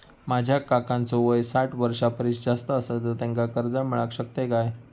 माझ्या काकांचो वय साठ वर्षां परिस जास्त आसा तर त्यांका कर्जा मेळाक शकतय काय?